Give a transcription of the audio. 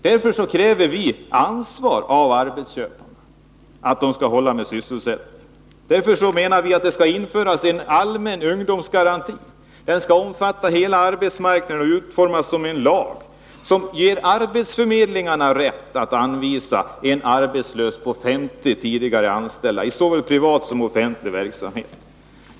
Därför kräver vi att arbetsköparna skall ha ansvaret för att hålla med sysselsättning. Vpk föreslår att en allmän ungdomsgaranti skall införas. Den skall omfatta hela arbetsmarknaden och utformas som en lag, som ger arbetsförmedlingarna rätt att i såväl privat som offentlig verksamhet anvisa en arbetslös per 50 anställda.